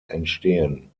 entstehen